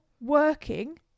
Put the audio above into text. working